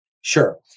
Sure